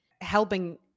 helping